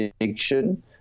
addiction